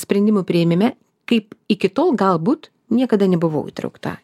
sprendimų priėmime kaip iki tol galbūt niekada nebuvau įtraukta